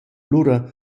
lura